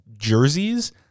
jerseys